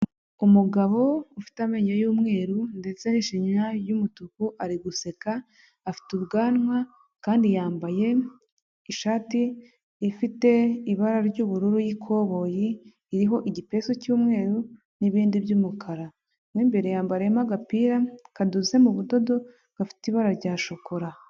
Umugabo ufite amenyo y'umweru ndetse n'ishinya y'umutuku ari guseka afite ubwanwa kandi yambaye ishati ifite ibara ry'ubururu yi'ikoboyi iriho igipesu cy'umweru n'ibindi by'umukara n'imbere yambaramo agapira kandoze mu budodo gafite ibara rya shokora.